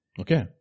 Okay